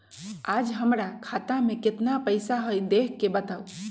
आज हमरा खाता में केतना पैसा हई देख के बताउ?